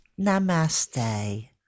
Namaste